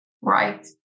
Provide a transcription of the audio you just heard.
Right